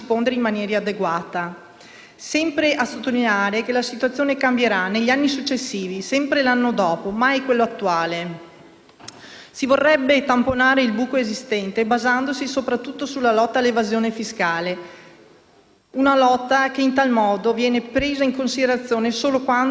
Si vorrebbe tamponare il buco esistente basandosi soprattutto sulla lotta all'evasione fiscale; una lotta che in tal modo viene presa in considerazione solo quando c'è da rinsaldare qualche conto, solo a botte di condoni. Da Renzi a Gentiloni Silveri il copione non è cambiato,